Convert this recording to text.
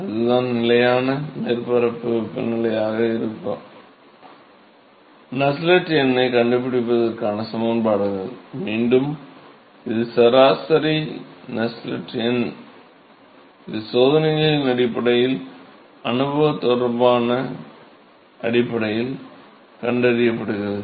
அது ஒரு நிலையான மேற்பரப்பு வெப்பநிலையாக இருந்தால் நஸ்ஸெல்ட் எண்ணைக் கண்டுபிடிப்பதற்கான சமன்பாடுகள் மீண்டும் இது சராசரி நஸ்ஸெல்ட் எண் இது சோதனைகளின் அடிப்படையில் அனுபவ தொடர்புகளின் அடிப்படையில் கண்டறியப்படுகிறது